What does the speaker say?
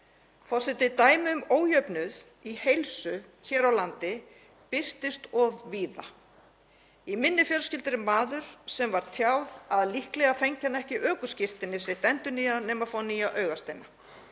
Forseti. Dæmi um ójöfnuð í heilsu hér á landi birtist of víða. Í minni fjölskyldu er maður sem var tjáð að líklega fengi hann ekki ökuskírteini sitt endurnýjað nema fá nýja augasteina.